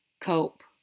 cope